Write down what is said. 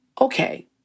okay